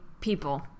people